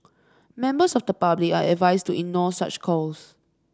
members of the public are advised to ignore such calls